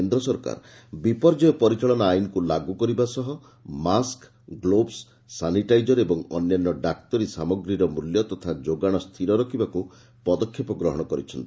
କେନ୍ଦ୍ର ସରକାର ବିପର୍ଯ୍ୟୟ ପରିଚାଳନା ଆଇନକୁ ଲାଗୁ କରିବା ସହ ମାସ୍କ ଗ୍ଲୋବ୍ସ୍ ସାନିଟାଇଜର୍ ଓ ଅନ୍ୟାନ୍ୟ ଡାକ୍ତରୀ ସାମଗ୍ରୀର ମୂଲ୍ୟ ତଥା ଯୋଗାଣ ସ୍ଥିର ରଖିବାକୁ ପଦକ୍ଷେପ ଗ୍ରହଣ କରିଛନ୍ତି